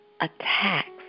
attacks